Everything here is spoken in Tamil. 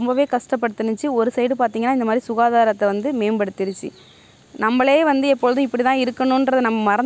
காசு உள்ளவங்க ப்ரைவேட்டு ஸ்கூலில் வந்து படிக்க வைக்கிறாங்க இதுவே காசு இல்லாதவங்க தமிழ் மீடியத்தில் தான் படிக்க வைக்கிறாங்க